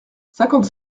cinquante